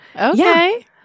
Okay